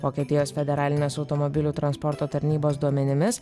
vokietijos federalinės automobilių transporto tarnybos duomenimis